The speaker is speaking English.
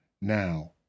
Now